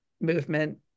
movement